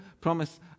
promise